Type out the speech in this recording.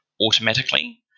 automatically